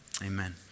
amen